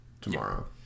tomorrow